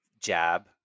jab